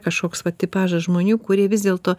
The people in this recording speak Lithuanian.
kažkoks va tipažas žmonių kurie vis dėlto